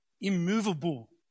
immovable